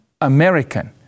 American